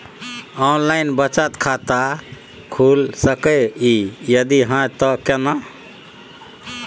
Online बचत खाता खुलै सकै इ, यदि हाँ त केना?